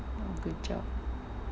good job